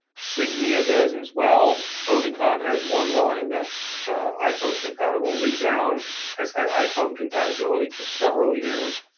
signia does as well. oticon has one line that's iphone compatible. resound has had iphone compatibility for several years.